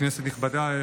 כנסת נכבדה,